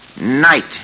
night